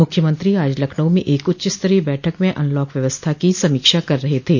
मुख्यमंत्री आज लखनऊ में एक उच्चस्तरीय बैठक में अनलॉक व्यवस्था की समीक्षा कर रहे थे